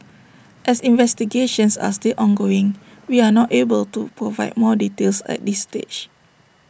as investigations are still ongoing we are not able to provide more details at this stage